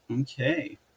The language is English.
Okay